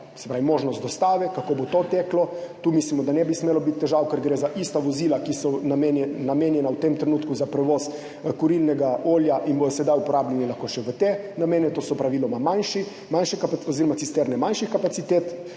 se pravi možnost dostave, kako bo to teklo. Tu mislimo, da ne bi smelo biti težav, ker gre za ista vozila, ki so namenjena v tem trenutku za prevoz kurilnega olja in bodo sedaj lahko uporabljena še v te namene, to so praviloma cisterne manjših kapacitet.